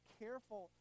careful